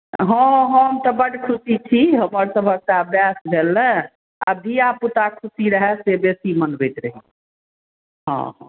हॅं हॅं हम तऽ बड खुशी छी हमर तऽ आब वयस भेल ने धीयापुता खुशी रहत से बेसी मनबैत रहूँ हॅं